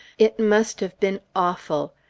it must have been awful!